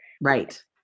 Right